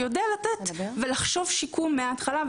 שיודע לחשוב על שיקום מההתחלה,